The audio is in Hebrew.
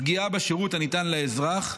ופגיעה בשירות הניתן לאזרח,